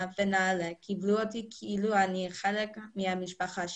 בנעל"ה קיבלו אותי כאילו אני חלק מהמשפחה שלהם.